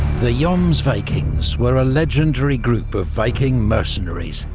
the jomsvikings were a legendary group of viking mercenaries,